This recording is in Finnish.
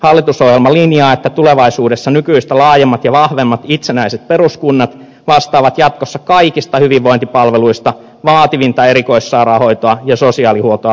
hallitusohjelma linjaa että tulevaisuudessa nykyistä laajemmat ja vahvemmat itsenäiset peruskunnat vastaavat jatkossa kaikista hyvinvointipalveluista vaativinta erikoissairaanhoitoa ja sosiaalihuoltoa lukuun ottamatta